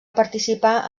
participar